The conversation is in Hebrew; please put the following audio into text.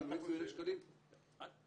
או איקס מיליוני שקלים --- מה אתה חושב?